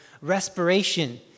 respiration